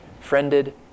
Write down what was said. friended